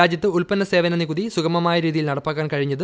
രാജ്യത്ത് ഉൽപ്പന്ന സേവന നികുതി സുഗമമായ രീതിയിൽ നടപ്പാക്കാൻ കഴിഞ്ഞത്